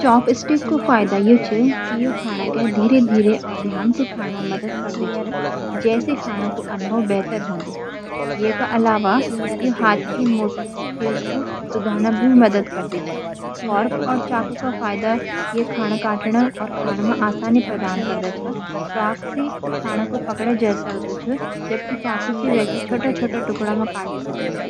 चॉपस्टिक का फायदा यू छ कि ये खाना क धीरे-धीरे और ध्यान से खान म मदद करदी छ, जैसी खानू का अनुभव बेहतर होदु । इसके अलावा, ये हाथ की मोटर स्किल्स को सुधारने म भी मदद करदी छ। फॉर्क और चाकू के फायदे यू छ कि ये खाने को काटने और खाने में आसानी प्रदान करदा छ। फॉर्क से खाने को पकड़ा जा सकदु छ, जबकि चाकू से वेक छोटे टुकड़ों में काट सकदा छ।